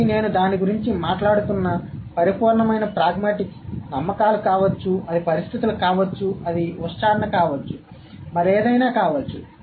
కాబట్టి నేను దాని గురించి మాట్లాడుతున్న పరిపూర్ణమైన ప్రాగ్మాటిక్స్ నమ్మకాలు కావచ్చు అది పరిస్థితులు కావచ్చు అది ఉచ్ఛారణ కావచ్చు మరేదైనా కావచ్చు